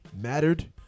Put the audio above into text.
mattered